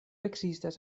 ekzistas